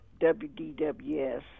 WDWS